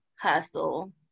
hustle